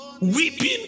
Weeping